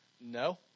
no